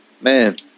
Man